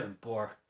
bore